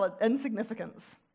insignificance